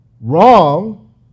wrong